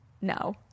no